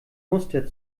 muster